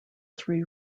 three